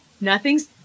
nothing's